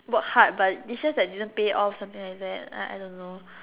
work hard but it's just that didn't pay off something like that I I don't know